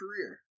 career